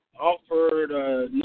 offered